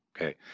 Okay